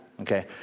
okay